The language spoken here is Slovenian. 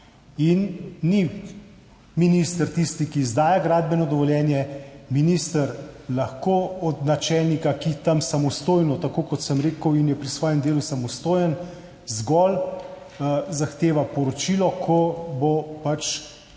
Ni minister tisti, ki izdaja gradbeno dovoljenje. Minister lahko od načelnika, ki je tam samostojno, tako kot sem rekel, da je pri svojem delu samostojen, zgolj zahteva poročilo, ko bo pač